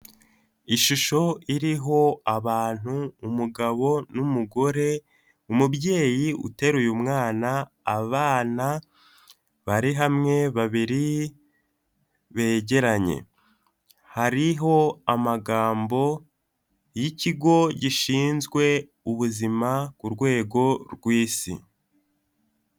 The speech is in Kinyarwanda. Ishusho iriho abantu umugabo n'umugore, umubyeyi uteruye umwana, abana bari hamwe babiri begeranye, hariho amagambo y'ikigo gishinzwe ubuzima ku rwego rw'isi.